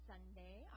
Sunday